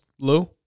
Lou